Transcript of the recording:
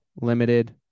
limited